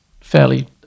fairly